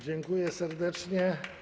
Dziękuję serdecznie.